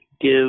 give